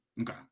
Okay